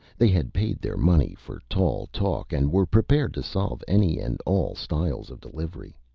they had paid their money for tall talk and were prepared to solve any and all styles of delivery.